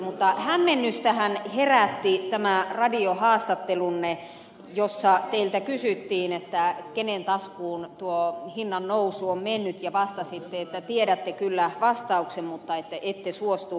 mutta hämmennystähän herätti tämä radiohaastattelunne jossa teiltä kysyttiin kenen taskuun tuo hinnan nousu on mennyt ja vastasitte että tiedätte kyllä vastauksen mutta ette suostu vastaamaan